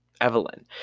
Evelyn